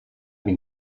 been